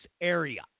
area